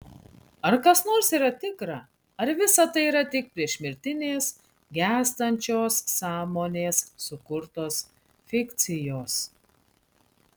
ar kas nors yra tikra ar visa tai yra tik priešmirtinės gęstančios sąmonės sukurtos fikcijos